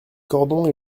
cordons